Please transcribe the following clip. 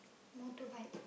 motorbike